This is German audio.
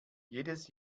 jedes